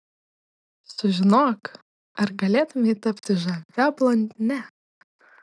sužinok ar galėtumei tapti žavia blondine